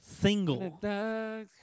single